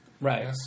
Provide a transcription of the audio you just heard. Right